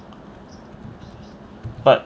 but